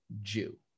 Jew